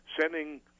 sending